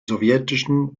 sowjetischen